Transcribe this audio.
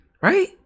Right